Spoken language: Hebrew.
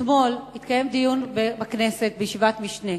אתמול התקיים בכנסת, בישיבת ועדת משנה,